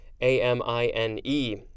a-m-i-n-e